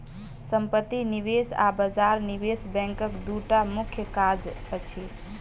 सम्पत्ति निवेश आ बजार निवेश बैंकक दूटा मुख्य काज अछि